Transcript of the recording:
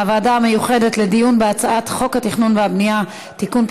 מהוועדה המיוחדת לדיון בהצעת חוק התכנון והבנייה (תיקון,